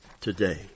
today